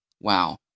Wow